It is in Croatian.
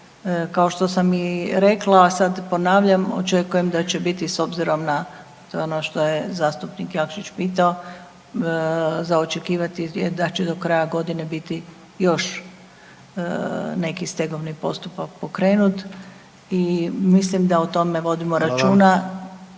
Kao što sam i rekla, sad ponavljam, očekujem da će biti, s obzirom na, to je ono što je zastupnik Jakšić pitao, za očekivati je da će do kraja godine biti još neki stegovni postupak pokrenut i mislim da o tome vodimo računa